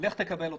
ולך תקבל אותו.